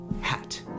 Hat